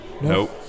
Nope